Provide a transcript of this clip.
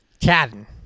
Chatting